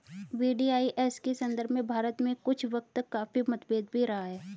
VDIS के संदर्भ में भारत में कुछ वक्त तक काफी मतभेद भी रहा है